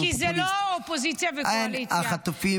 אתה במיעוט, אתה במיעוט.